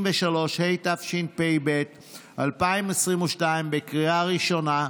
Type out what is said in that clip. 33), התשפ"ב 2022, לקריאה ראשונה.